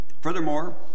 Furthermore